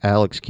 Alex